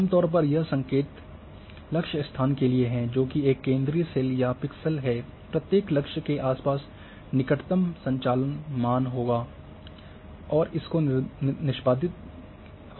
आम तौर पर यह संकेत लक्ष्य स्थान के लिए है जोक़ि एक केंद्रीय सेल या पिक्सेल है प्रत्येक लक्ष्य के आसपास निकटम संचालन माना जाने और इसको निष्पादित किया जाता है